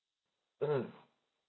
mm